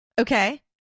Okay